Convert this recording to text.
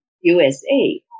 USA